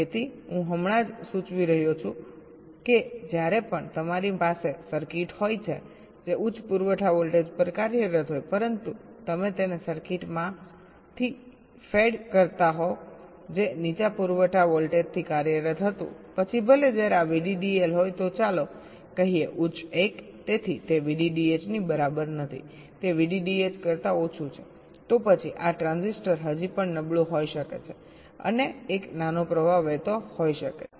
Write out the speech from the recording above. તેથી હું હમણાં જ સૂચવી રહ્યો છું કે જ્યારે પણ તમારી પાસે સર્કિટ હોય જે ઉચ્ચ પુરવઠા વોલ્ટેજ પર કાર્યરત હોય પરંતુ તમે તેને સર્કિટમાંથી ફેડ કરતા હોવ જે નીચા પુરવઠા વોલ્ટેજથી કાર્યરત હતું પછી ભલે જ્યારે આ VDDL હોય તો ચાલો કહીએ ઉચ્ચ 1 તેથી તે VDDH ની બરાબર નથી તે VDDH કરતાં ઓછું છે તો પછી આ ટ્રાન્ઝિસ્ટર હજી પણ નબળું હોઈ શકે છે અને એક નાનો પ્રવાહ વહેતો હોઈ શકે છે